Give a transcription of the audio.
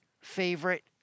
favorite